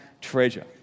treasure